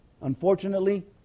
Unfortunately